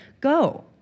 go